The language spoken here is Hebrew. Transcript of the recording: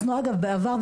אנחנו אגב בעבר,